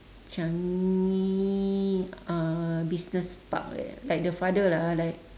changi uh business park like that like the father lah like